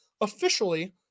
officially